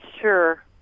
sure